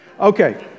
Okay